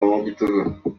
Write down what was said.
umunyagitugu